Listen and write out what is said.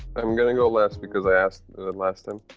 i'm going on last because i asked the last one.